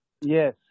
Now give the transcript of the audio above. Yes